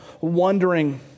wondering